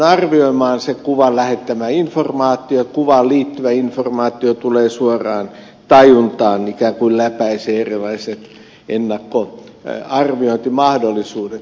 se kuvan lähettämä informaatio kuvaan liittyvä informaatio tulee suoraan tajuntaan ikään kuin läpäisee erilaiset ennakkoarviot ja mahdollisuudet